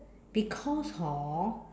because hor